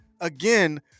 Again